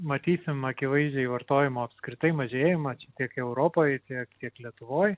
matysim akivaizdžiai vartojimo apskritai mažėjimą čia tiek europoj tiek kiek lietuvoj